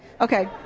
Okay